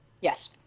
Yes